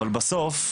אבל בסוף,